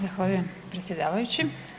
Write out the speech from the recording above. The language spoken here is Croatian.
Zahvaljujem predsjedavajući.